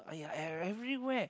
!aiya! e~ everywhere